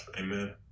Amen